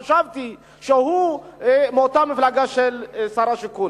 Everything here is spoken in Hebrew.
חשבתי שהוא מאותה מפלגה של שר השיכון.